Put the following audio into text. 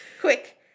Quick